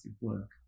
work